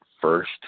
first